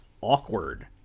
awkward